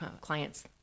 clients